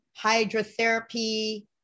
hydrotherapy